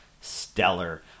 stellar